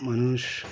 মানুষ